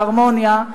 בהרמוניה,